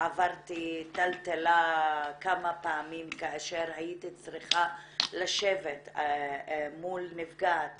עברתי טלטלה כמה פעמים כאשר הייתי צריכה לשבת מול נפגעת